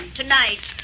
tonight